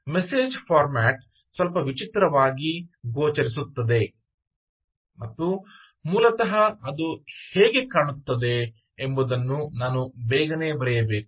message format ಸ್ವಲ್ಪ ವಿಚಿತ್ರವಾಗಿ ಗೋಚರಿಸುತ್ತದೆ ಮತ್ತು ಮೂಲತಃ ಅದು ಹೇಗೆ ಕಾಣುತ್ತದೆ ಎಂಬುದನ್ನು ನಾನು ಬೇಗನೆ ಬರೆಯಬೇಕು